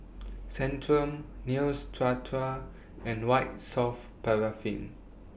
Centrum Neostrata and White Soft Paraffin